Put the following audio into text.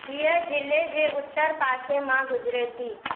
हीअ जिले जे उत्तर पासे मां गुज़िरे थी